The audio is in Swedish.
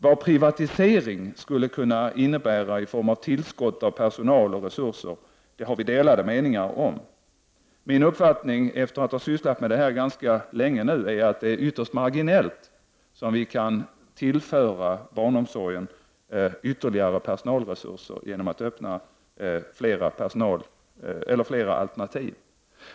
Vad privatisering skulle kunna innebära i form av tillskott av personal och resurser har vi delade meningar om. Min uppfattning, efter att ha sysslat med dessa frågor ganska länge nu, är att vi endast marginellt kan tillföra barnomsorgen ytterligare personalresurser genom att öppna möjligheter för alternativ.